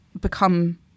become